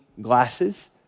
glasses